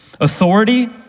Authority